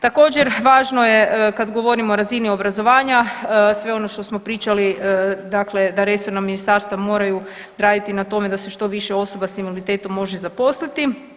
Također važno je kad govorimo o razini obrazovanja sve ono što smo pričali da resorna ministarstva moraju raditi na tome da se što više osoba s invaliditetom može zaposliti.